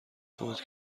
فوت